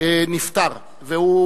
טרומית ותעבור